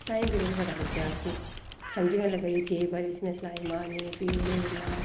time बी मीं बड़ा लग्गेआ समझ गै निं लग्गा दी में केह् इस्सी में सलाई मारनी फ्ही उदेड़ना